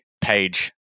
page